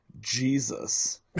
Jesus